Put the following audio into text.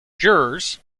jurors